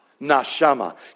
nashama